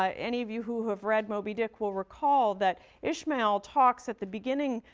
ah any of you who have read moby dick will recall that ishmael talks at the beginning,